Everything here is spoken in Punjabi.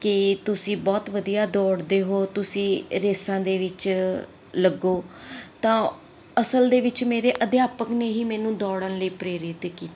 ਕਿ ਤੁਸੀਂ ਬਹੁਤ ਵਧੀਆ ਦੌੜਦੇ ਹੋ ਤੁਸੀਂ ਰੇਸਾਂ ਦੇ ਵਿੱਚ ਲੱਗੋ ਤਾਂ ਅਸਲ ਦੇ ਵਿੱਚ ਮੇਰੇ ਅਧਿਆਪਕ ਨੇ ਹੀ ਮੈਨੂੰ ਦੌੜਨ ਲਈ ਪ੍ਰੇਰਿਤ ਕੀਤਾ